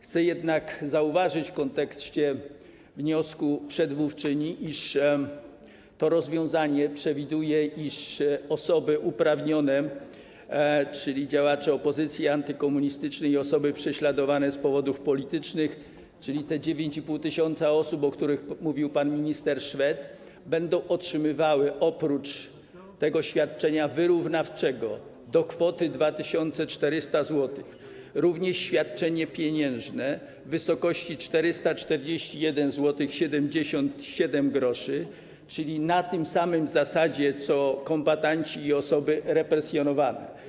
Chcę jednak zauważyć w kontekście wniosku przedmówczyni, że to rozwiązanie przewiduje, iż osoby uprawnione, czyli działacze opozycji antykomunistycznej i osoby prześladowane z powodów politycznych, te 9,5 tys. osób, o których mówił pan minister Szwed, będą otrzymywały oprócz świadczenia wyrównawczego do kwoty 2400 zł również świadczenie pieniężne w wysokości 441,77 zł, czyli na tej samej zasadzie co kombatanci i osoby represjonowane.